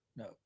No